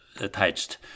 attached